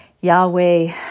Yahweh